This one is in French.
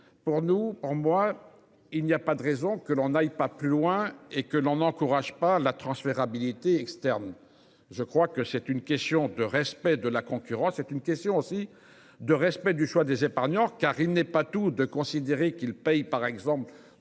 Pour nous en moi. Il n'y a pas de raison que l'on n'aille pas plus loin et que l'on n'encourage pas la transférabilité externe. Je crois que c'est une question de respect de la concurrence, c'est une question aussi de respect du choix des épargnants car il n'est pas tout de considérer qu'il paye par exemple